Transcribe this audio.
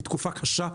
היא תקופה קשה,